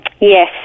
Yes